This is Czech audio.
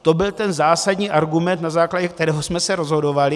To byl ten zásadní argument, na základě kterého jsme se rozhodovali.